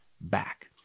back